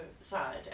side